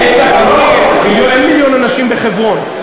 אין מיליון אנשים בחברון.